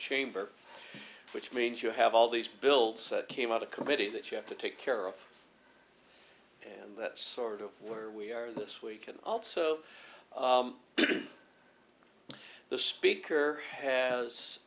chamber which means you have all these bills came out of committee that you have to take care of and that sort of where we are this week and also the speaker has